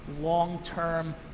long-term